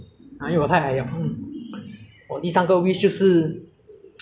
err 因为 poly 一年半就要毕业 mah 然后就要去当兵 mah